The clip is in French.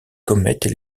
comètes